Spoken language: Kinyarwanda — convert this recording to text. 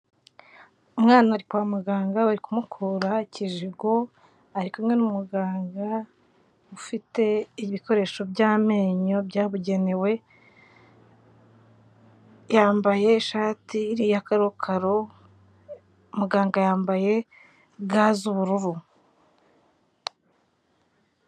Umwana ari kwa muganga, bari kumukura ikijigo, ari kumwe n'umuganga ufite ibikoresho by'amenyo byabugenewe, yambaye ishati ya karokaro, muganga yambaye ga z'ubururu.